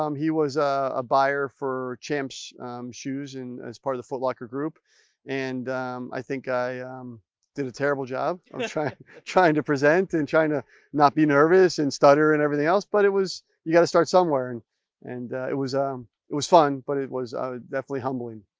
um he was ah a buyer for champs shoes and as part of the footlocker group and i think, i did a terrible job trying trying to present and trying to not be nervous and stutter and everything else but it was you got to start somewhere and and it was um it was fun but it was definitely humbling.